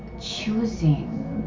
choosing